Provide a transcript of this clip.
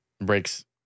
breaks